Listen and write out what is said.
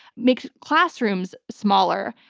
make classrooms smaller,